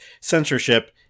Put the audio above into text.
censorship